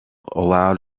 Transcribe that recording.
allowed